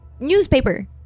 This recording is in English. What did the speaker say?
newspaper